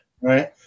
Right